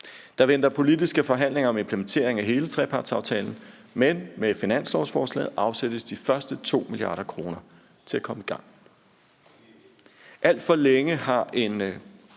Der venter politiske forhandlinger om implementeringen af hele trepartsaftalen, men med finanslovsforslaget afsættes de første 2 mia. kr. til at komme i gang.